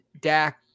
Dak